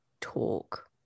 talk